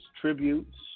tributes